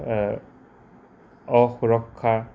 অসুৰক্ষা